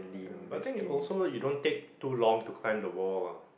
yeah but I think also you don't take too long to climb the wall lah